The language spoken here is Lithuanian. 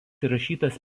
įrašytas